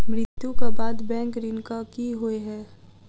मृत्यु कऽ बाद बैंक ऋण कऽ की होइ है?